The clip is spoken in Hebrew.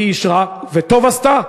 היא אישרה, וטוב עשתה.